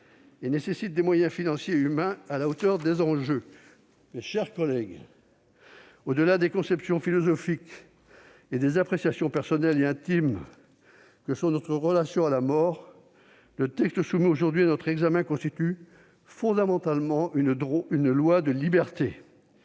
et nécessitent des moyens financiers et humains à la hauteur des enjeux. Mes chers collègues, au-delà de nos conceptions philosophiques et de nos appréciations personnelles et intimes, de notre propre rapport à la mort, le texte soumis aujourd'hui à notre examen constitue fondamentalement une loi de liberté.